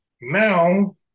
Now